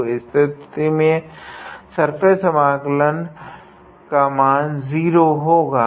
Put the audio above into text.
तो इस स्थिति में सर्फेस समाकलन होगा